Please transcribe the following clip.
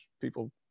people